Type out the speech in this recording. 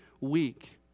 weak